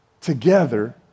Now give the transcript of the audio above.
together